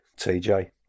TJ